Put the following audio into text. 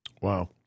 Wow